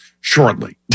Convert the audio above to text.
shortly